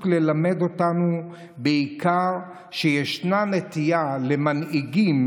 ללמד אותנו בעיקר שישנה נטייה למנהיגים,